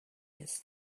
his